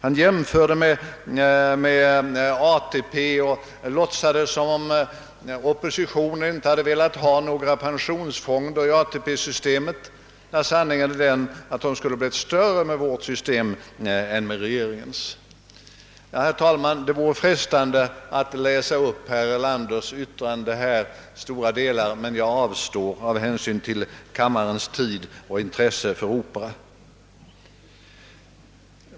Han jämförde med ATP och låtsades som om oppositionspartierna inte hade velat ha några pensionsfonder i ATP-systemet, fastän sanningen är att de skulle ha blivit större med folkpartiets system än med regeringens, Herr talman! Det vore frestande att här läsa upp stora delar av herr Erlan ders yttrande, men jag avstår med hänsyn till kammarens tid och intresse för opera.